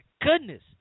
goodness